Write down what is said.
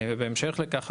ובהמשך לכך,